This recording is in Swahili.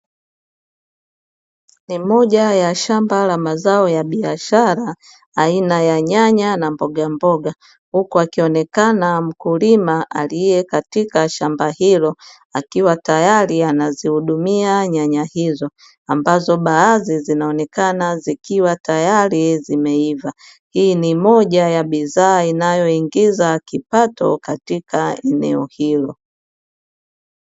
Ni moja ya shamba la mazao ya biashara, aina ya nyanya na mbogamboga, huku akionekana mkulima aliye katika shamba hilo akiwa tayari anazihudumia nyanya hizo; ambazo baadhi zinaonekana zikiwa tayari zimeiva. Hii ni moja ya bidhaa inayoingiza kipato katika eneo hilo.